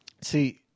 See